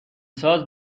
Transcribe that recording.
ساز